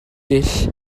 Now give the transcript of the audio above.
dull